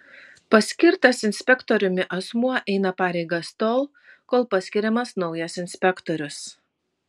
paskirtas inspektoriumi asmuo eina pareigas tol kol paskiriamas naujas inspektorius